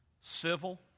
civil